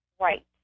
Right